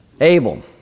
Abel